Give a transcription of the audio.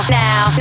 now